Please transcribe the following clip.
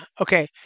Okay